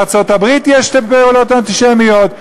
בארצות-הברית יש פעולות אנטישמיות,